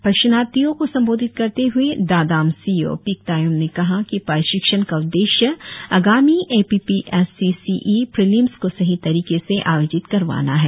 प्रशिक्षणार्थियों को संबोधित करते हए दादाम सी ओ पिक तायोम ने कहा की प्रशिक्षण का उद्देश्य आगामी A P P S C C E prelims को सही तरीके से आयोजित करवाना है